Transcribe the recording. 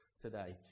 today